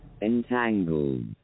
Entangled